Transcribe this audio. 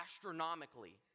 astronomically